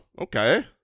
Okay